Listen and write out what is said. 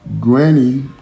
granny